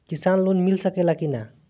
किसान लोन मिल सकेला कि न?